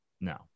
No